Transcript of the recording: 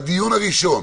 שבדיון הראשון